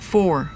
Four